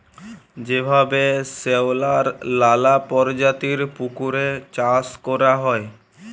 যেভাবে শেঁওলার লালা পরজাতির পুকুরে চাষ ক্যরা হ্যয়